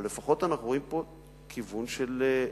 אבל לפחות אנחנו רואים פה כיוון חיובי.